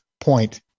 point